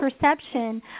perception